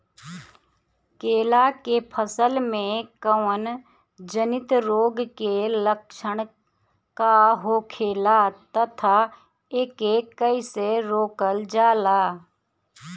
केला के फसल में कवक जनित रोग के लक्षण का होखेला तथा एके कइसे रोकल जाला?